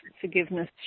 forgiveness